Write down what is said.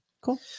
Cool